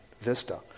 vista